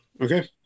Okay